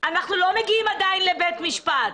אנחנו עדיין לא מגיעים לבית המשפט.